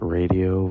radio